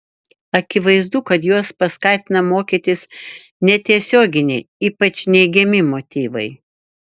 akivaizdu kad juos paskatina mokytis netiesioginiai ypač neigiami motyvai